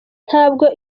ntabwo